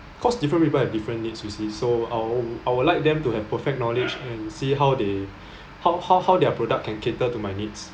cause different people have different needs you see so I'll I would like them to have perfect knowledge and see how they how how how their product can cater to my needs